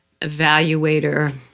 evaluator